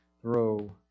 Throw